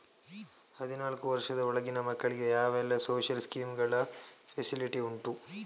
ಹದಿನಾಲ್ಕು ವರ್ಷದ ಒಳಗಿನ ಮಕ್ಕಳಿಗೆ ಯಾವೆಲ್ಲ ಸೋಶಿಯಲ್ ಸ್ಕೀಂಗಳ ಫೆಸಿಲಿಟಿ ಉಂಟು?